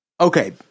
okay